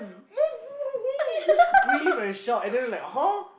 move out of the way you scream and shout and then like !huh!